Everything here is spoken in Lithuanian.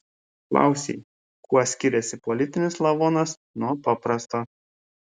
klausei kuo skiriasi politinis lavonas nuo paprasto